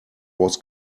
was